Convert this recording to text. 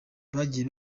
bagiye